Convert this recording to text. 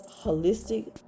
holistic